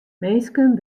minsken